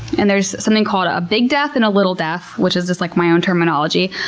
and there's something called ah a big death and a little death, which is just, like, my own terminology.